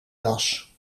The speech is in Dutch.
das